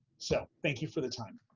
so, thank you for the time.